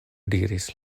diris